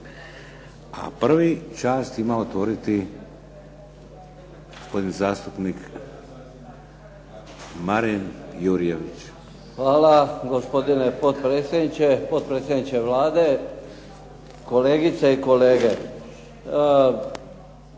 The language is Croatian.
Prvi čast ima otvoriti gospodin zastupnik Marin Jurjević. **Jurjević, Marin (SDP)** Hvala gospodine potpredsjedniče. Potpredsjedniče Vlade, kolegice i kolege.